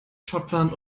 schottland